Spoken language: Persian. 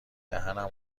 دهنم